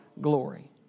glory